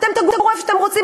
אתם תגורו איפה שאתם רוצים,